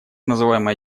называемая